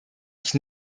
ich